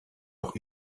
auch